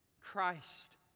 Christ